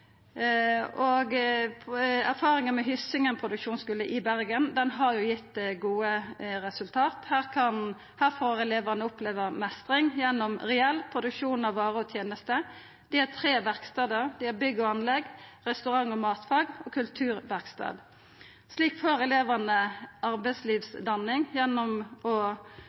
med Hyssingen produksjonsskole i Bergen er at han har gitt gode resultat. Der får elevane oppleva meistring gjennom reell produksjon av varer og tenester. Dei har tre verkstader. Dei har bygg og anlegg, restaurant- og matfag og kulturverkstad. Slik får elevane arbeidslivsdanning gjennom å